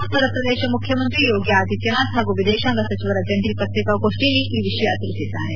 ಉತ್ತರ ಪ್ರದೇಶ ಮುಖ್ಚಮಂತ್ರಿ ಯೋಗಿ ಆದಿತ್ತನಾಥ್ ಹಾಗೂ ವಿದೇಶಾಂಗ ಸಚಿವರ ಜಂಟಿ ಪತ್ರಿಕಾಗೋಷ್ಟಿಯಲ್ಲಿ ಈ ವಿಷಯ ತಿಳಿಸಿದ್ದಾರೆ